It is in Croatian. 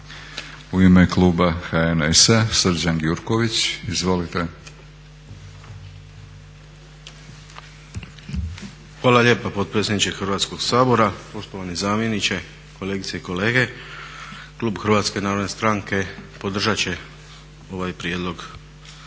U ime kluba HNS-a Srđan Gjurković. Izvolite. **Gjurković, Srđan (HNS)** Hvala lijepa potpredsjedniče Hrvatskog sabora, poštovani zamjeniče, kolegice i kolege. Klub Hrvatske narodne stranke podržat će ovaj Prijedlog